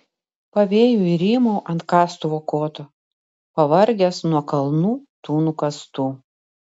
pavėjui rymau ant kastuvo koto pavargęs nuo kalnų tų nukastų